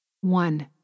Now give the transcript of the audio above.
One